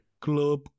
Club